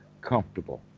comfortable